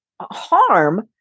harm